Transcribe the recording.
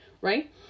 right